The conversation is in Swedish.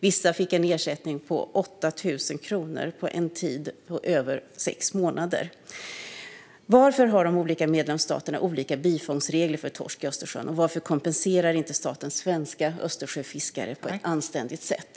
Vissa fick en ersättning på 8 000 kronor för en tid på över sex månader. Varför har de olika medlemsstaterna olika bifångstregler för torsk i Östersjön, och varför kompenserar staten inte svenska Östersjöfiskare på ett anständigt sätt?